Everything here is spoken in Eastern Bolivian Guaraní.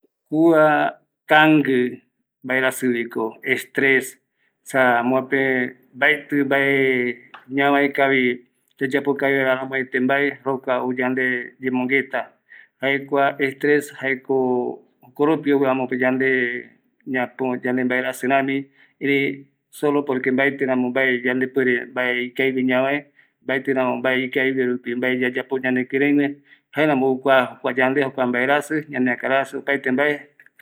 Kua estres jeiva jaeko kuae ñeko jae oiko gueru mbaerajɨ porque opaete mbae mabe reta yande yaputuama mbaetɨma yembongueta opaeteima mbae oyembo kuajaja yande jokua yembo mbongueta rupi jaema jokoropi ropi amovecepe oimevi mbaerajɨ ñavae jokoropi ikaviko yaikuavi